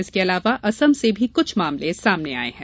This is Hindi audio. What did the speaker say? इसके अलावा असम से भी क्छ मामले सामने आये है